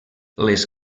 les